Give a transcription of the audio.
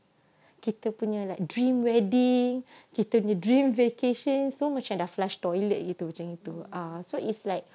kita punya like dream wedding kita punya dream vacation semua macam dah flash toilet jer tu begitu ah so it's like